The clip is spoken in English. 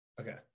Okay